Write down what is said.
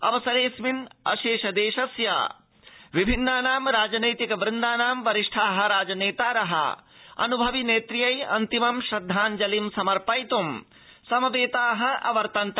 अवसरेऽस्मिन् अशेष देशस्य विभिन्नानां राजनैतिक वृन्दानां वरिष्ठा नेतार अनुभवि नेत्र्यै अन्तिमं श्रद्धाजलिं समर्पयित् समवेता अवर्तन्त